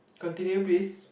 continue please